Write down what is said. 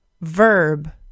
verb